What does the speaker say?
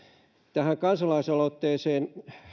tähän kansalaisaloitteeseen